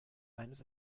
eines